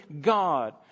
God